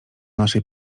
naszej